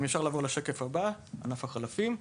ענף החלפים.